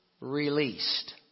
released